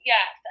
Yes